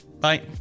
Bye